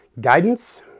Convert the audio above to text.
guidance